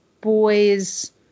boys